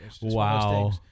Wow